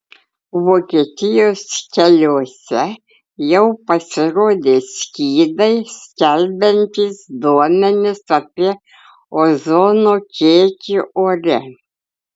vokietijos keliuose jau pasirodė skydai skelbiantys duomenis apie ozono kiekį ore